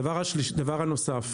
הדבר הנוסף,